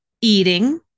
eating